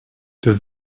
does